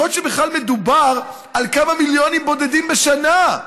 יכול להיות שבכלל מדובר על כמה מיליונים בודדים בשנה.